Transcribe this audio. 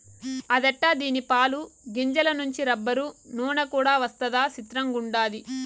అదెట్టా దీని పాలు, గింజల నుంచి రబ్బరు, నూన కూడా వస్తదా సిత్రంగుండాది